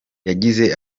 yagize